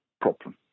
problem